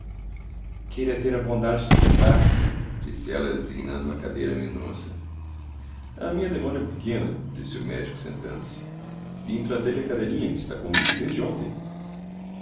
queira ter a bondade de sentar-se disse ela designando uma cadeira à mendonça a minha demora é pequena disse o médico sentando-se vim trazer-lhe a cadelinha que está comigo desde ontem